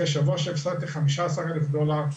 אחרי שבוע שהפסדתי 15,000 דולר.